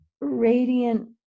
radiant